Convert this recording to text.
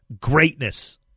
greatness